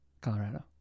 Colorado